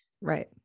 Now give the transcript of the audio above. right